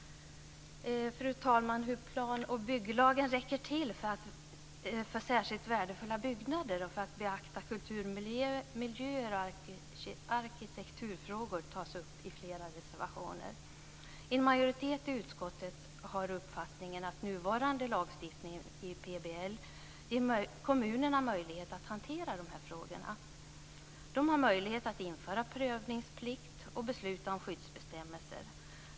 Fru talman! Hur plan och bygglagen räcker till för särskilt värdefulla byggnader och för att beakta kulturmiljöer och arkitekturfrågor tas upp i flera reservationer. En majoritet i utskottet har uppfattningen att nuvarande lagstiftning i plan och bygglagen ger kommunerna möjlighet att hantera dessa frågor. De har möjlighet att införa prövningsplikt och besluta om skyddsbestämmelser.